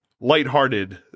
lighthearted